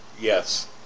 yes